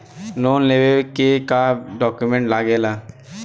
Loan लेवे के का डॉक्यूमेंट लागेला?